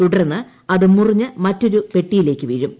തുടർന്ന് അത് മുറിഞ്ഞ് മറ്റൊരു പെട്ടിയിലേക്ക് വീഴും